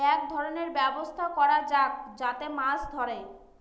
এক ধরনের ব্যবস্থা করা যাক যাতে মাছ ধরে